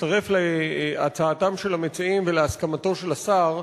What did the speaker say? מצטרף להצעתם של המציעים ולהסכמתו של השר.